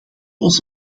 ons